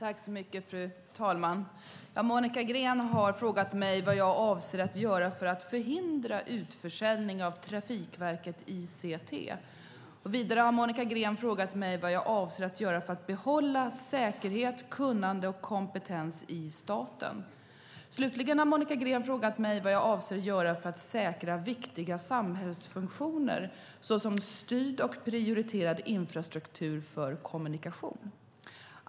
Fru talman! Monica Green har frågat mig vad jag avser att göra för att förhindra utförsäljning av Trafikverket ICT. Vidare har Monica Green frågat mig vad jag avser att göra för att behålla säkerhet, kunnande och kompetens i staten. Slutligen har Monica Green frågat mig vad jag avser att göra för att säkra viktiga samhällsfunktioner såsom styrd och prioriterad infrastruktur för kommunikation.